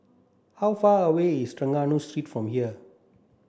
how far away is Trengganu Street from here